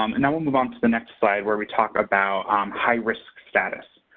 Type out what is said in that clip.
um and now we'll move on to the next slide where we talk about high-risk status.